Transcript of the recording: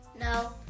No